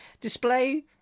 display